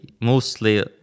mostly